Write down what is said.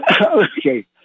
Okay